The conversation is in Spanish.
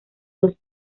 los